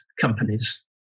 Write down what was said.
companies